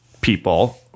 people